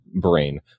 brain